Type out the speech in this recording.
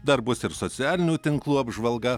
dar bus ir socialinių tinklų apžvalga